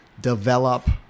develop